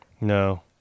No